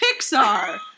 Pixar